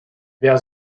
wer